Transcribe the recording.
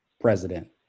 president